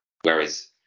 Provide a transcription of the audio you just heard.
whereas